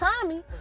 Tommy